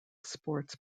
sports